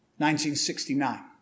1969